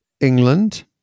England